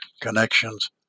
connections